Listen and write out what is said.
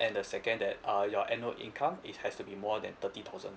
and the second that uh your annual income it has to be more than thirty thousand